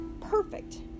perfect